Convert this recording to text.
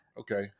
Okay